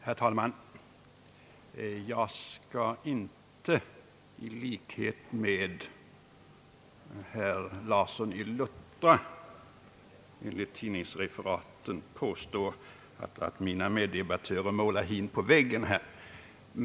Herr talman! Jag skall inte säga som herr Larsson i Luttra, vilken enligt tidningsreferaten påstått att hans meddebattörer målat hin på väggen.